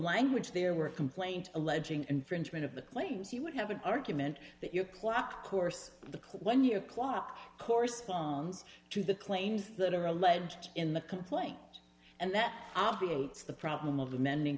language there were a complaint alleging infringement of the claims you would have an argument that your clock course the clock one year clock corresponds to the claims that are alleged in the complaint and that obviates the problem of amending